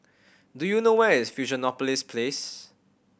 do you know where is Fusionopolis Place